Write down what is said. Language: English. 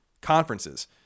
conferences